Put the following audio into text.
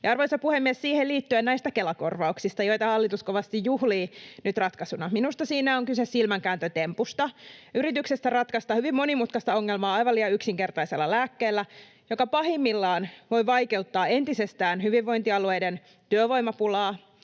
arvoisa puhemies, siihen liittyen näistä Kela-korvauksista, joita hallitus kovasti juhlii nyt ratkaisuna: Minusta siinä on kyse silmänkääntötempusta, yrityksestä ratkaista hyvin monimutkaista ongelmaa aivan liian yksinkertaisella lääkkeellä, joka pahimmillaan voi vaikeuttaa entisestään hyvinvointialueiden työvoimapulaa.